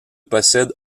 possède